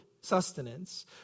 sustenance